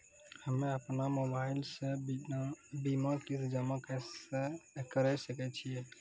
हम्मे अपन मोबाइल से बीमा किस्त जमा करें सकय छियै?